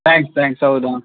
thanks thanks ಹೌದು